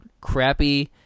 crappy